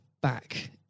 back